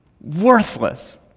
worthless